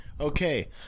Okay